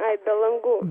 ai be langų